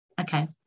Okay